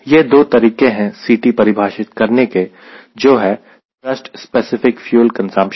यह दो तरीके हैं Ct परिभाषित करने के जो है थ्रस्ट स्पेसिफिक फ्यूल कंजप्शन